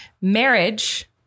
Marriage